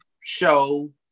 show